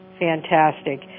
fantastic